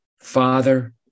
Father